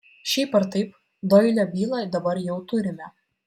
šiaip ar taip doilio bylą dabar jau turime